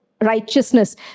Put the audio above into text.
righteousness